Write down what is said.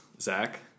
Zach